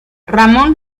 ramón